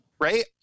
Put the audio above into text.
right